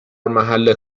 محل